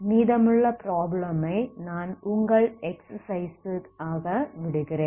மீதமுள்ள ப்ராப்ளம் ஐ நான் உங்கள் எக்ஸ்ஸசைஸ் க்கு ஆக விடுகிறேன்